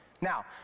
Now